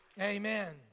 Amen